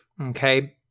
okay